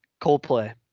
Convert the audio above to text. Coldplay